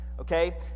okay